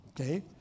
okay